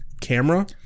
Camera